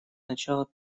начало